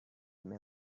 may